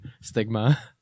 stigma